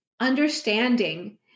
understanding